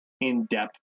in-depth